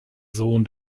sohn